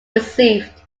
received